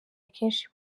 akenshi